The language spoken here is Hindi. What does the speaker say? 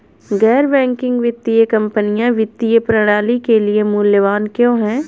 गैर बैंकिंग वित्तीय कंपनियाँ वित्तीय प्रणाली के लिए मूल्यवान क्यों हैं?